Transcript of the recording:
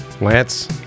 Lance